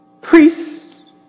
priests